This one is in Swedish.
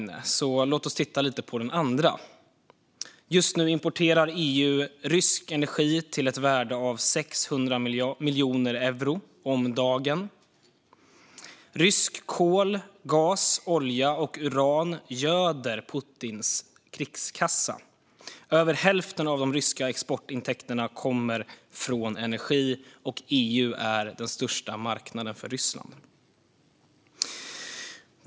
Låt oss därför titta lite på den andra. Just nu importerar EU rysk energi till ett värde av 600 miljoner euro om dagen. Kol, gas, olja och uran från Ryssland göder Putins krigskassa. Över hälften av de ryska exportintäkterna kommer från energi, och EU är den största marknaden för Ryssland.